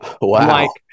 Wow